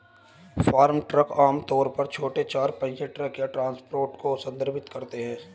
farm truck आम तौर पर छोटे चार पहिया ट्रक या ट्रांसपोर्टर को संदर्भित करता है